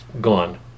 Gone